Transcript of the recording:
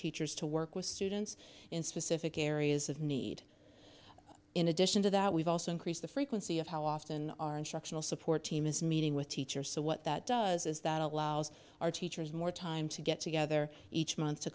teachers to work with students in specific areas of need in addition to that we've also increase the frequency of how often are in shock tional support team is meeting with teachers so what that does is that allows our teachers more time to get together each month to